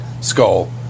skull